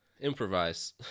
improvise